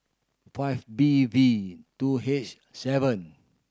five B V two H seven